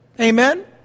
Amen